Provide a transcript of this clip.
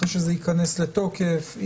אחרי שזה ייכנס לתוקף,